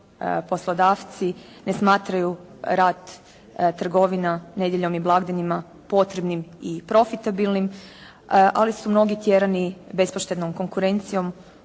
poslodavci ne smatraju rad trgovina nedjeljom i blagdanima potrebnim i profitabilnim, ali su mnogi tjerani bespoštednom konkurencijom